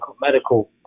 medical